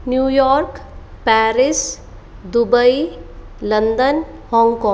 New York Paris Dubai London Hong Kong